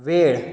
वेळ